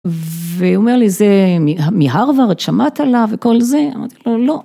והוא אומר לי, זה מהרווארד, שמעת עליו וכל זה? אמרתי לו, לא.